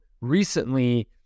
recently